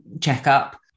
checkup